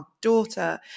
daughter